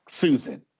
Susan